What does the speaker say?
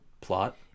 plot